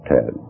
Ted